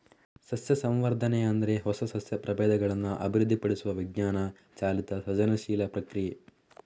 ಸಸ್ಯ ಸಂವರ್ಧನೆ ಅಂದ್ರೆ ಹೊಸ ಸಸ್ಯ ಪ್ರಭೇದಗಳನ್ನ ಅಭಿವೃದ್ಧಿಪಡಿಸುವ ವಿಜ್ಞಾನ ಚಾಲಿತ ಸೃಜನಶೀಲ ಪ್ರಕ್ರಿಯೆ